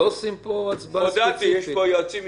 חלפו שבע שנים.